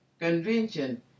convention